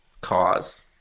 cause